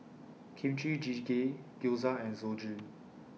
Kimchi Jjigae Gyoza and Zosui